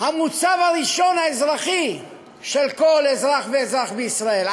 המוצב האזרחי הראשון של כל אזרח ואזרח בישראל.